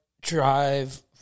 drive